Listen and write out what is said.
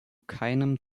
keinem